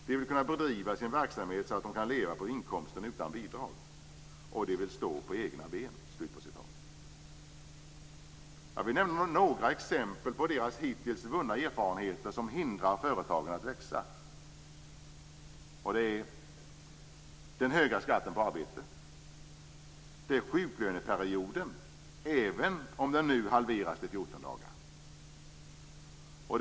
De vill kunna bedriva sin verksamhet så att de kan leva på inkomsten utan bidrag. De vill stå på egna ben." Jag vill nämna några exempel på deras hittills vunna erfarenheter av sådant som hindrar företagen att växa: den höga skatten på arbete samt sjuklöneperioden, även om den nu halveras till 14 dagar.